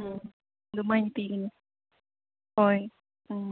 ꯎꯝ ꯑꯗꯨꯃꯥꯏ ꯄꯤꯒꯅꯤ ꯍꯣꯏ ꯎꯝ